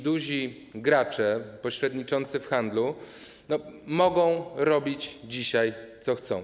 Duzi gracze pośredniczący w handlu mogą robić dzisiaj, co chcą.